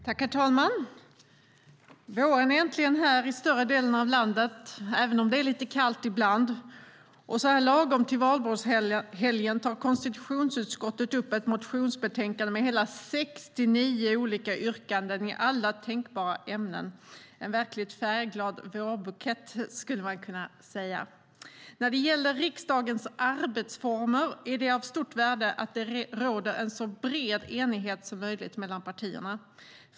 Herr talman! Våren är äntligen här i större delen av landet, även om det är lite kallt ibland, och så här lagom till valborgshelgen tar konstitutionsutskottet upp ett motionsbetänkande med hela 69 olika yrkanden i alla tänkbara ämnen - en verkligt färgglad vårbukett, skulle man kunna säga. När det gäller riksdagens arbetsformer är det av stort värde att det råder en så bred enighet som möjligt mellan partierna.